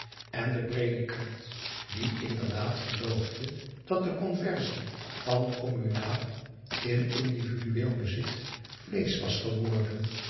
en de predikant die inderdaad geloofde dat de conversie van communaal in individueel bezit vleesch was geworden